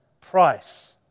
price